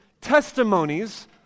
testimonies